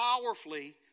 powerfully